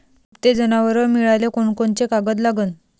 दुभते जनावरं मिळाले कोनकोनचे कागद लागन?